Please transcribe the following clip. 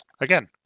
again